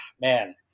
man